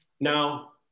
Now